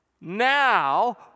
Now